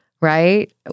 right